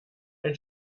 ein